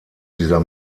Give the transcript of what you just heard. dieser